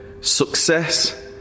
Success